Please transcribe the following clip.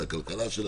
זה הכלכלה שלנו,